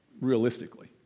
realistically